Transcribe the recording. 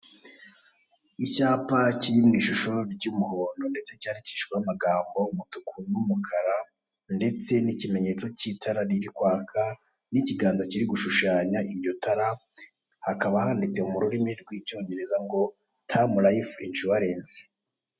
Icyapa kiri mu ishusho ry'umuhondo ndetse cyandikishijweho amagambo y'umutuku n'umukara, ndetse n'ikimenyetso cy'itara riri kwaka n'ikiganza kiri gushushanya iryo tara, hakaba handitse mu rurimi rw'icyongereza ngo tamu layifu inshuwarensi.